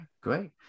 great